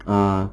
ah